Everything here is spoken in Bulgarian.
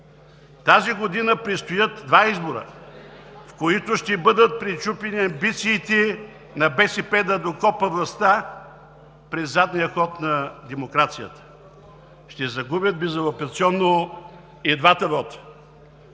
Тази година предстоят два избора, в които ще бъдат пречупени амбициите на БСП да докопа властта през задния вход на демокрацията. Ще загубят безапелационно и двата вота.